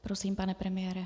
Prosím, pane premiére.